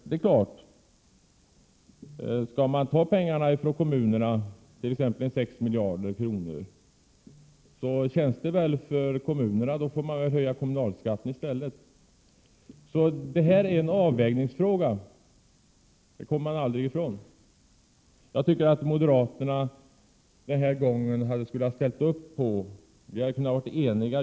Det är klart att om man skall ta pengar från kommunerna, t.ex. 6 miljarder kronor, så känns det för kommunerna; de får väl höja kommunalskatten i stället. Detta är en avvägningsfråga — det kommer man aldrig ifrån. Jag tycker att vi i det här fallet borde ha kunnat vara eniga.